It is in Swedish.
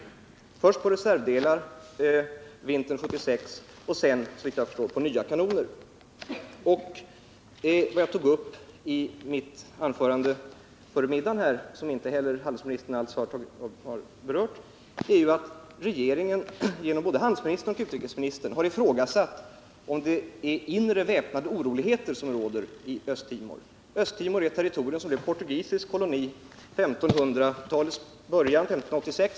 Det gällde först reservdelar vintern 1976 och sedan, såvitt jag förstår, nya kanoner. Det jag anförde i mitt anförande före middagsuppehållet och som handelsministern inte heller har berört är att regeringen såväl genom handelsministern som genom utrikesministern har ifrågasatt om det är inre väpnade oroligheter som råder i Östtimor. Östtimor är ett territorium som blev portugisisk koloni vid 1500-talets slut, år 1586.